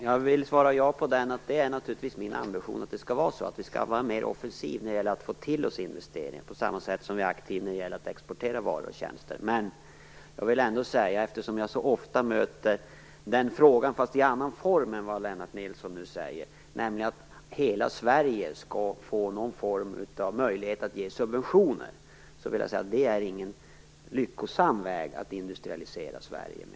Fru talman! Det är naturligtvis min ambition att det skall vara så. Vi skall vara mer offensiva när det gäller att få till oss investeringar på samma sätt som vi är aktiva när det gäller att exportera varor och tjänster. Jag möter ofta den fråga som Lennart Nilsson ställer fast i en annan form, nämligen att hela Sverige skall få möjligheter att ge subventioner. Det är ingen lyckosam väg att industrialisera Sverige på.